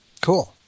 Cool